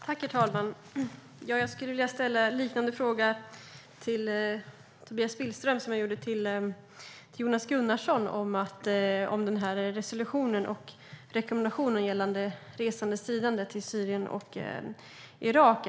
Herr talman! Jag skulle vilja ställa en liknande fråga till Tobias Billström som till Jonas Gunnarsson om resolutionen och rekommendationen gällande resande och stridande i fråga om Syrien och Irak.